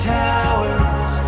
towers